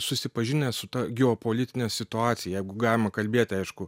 susipažinęs su ta geopolitine situacija jeigu galima kalbėti aišku